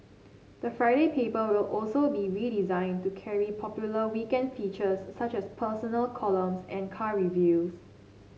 the Friday paper will also be redesigned to carry popular weekend features such as personal columns and car reviews